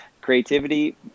Creativity